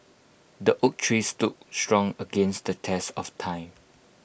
the oak tree stood strong against the test of time